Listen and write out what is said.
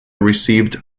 received